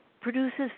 produces